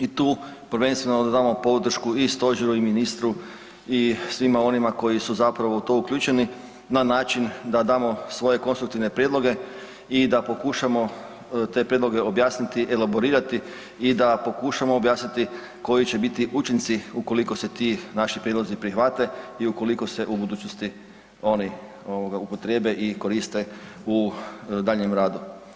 I tu prvenstveno da damo podršku i stožeru i ministru i svima onima koji su zapravo u to uključeni na način da damo svoje konstruktivne prijedloge i da pokušamo te prijedloge objasniti, elaborirati i da pokušamo objasniti koji će biti učinci ukoliko se ti naši prijedlozi prihvate i ukoliko se u budućnosti oni ovoga upotrijebe i koriste u daljnjem radu.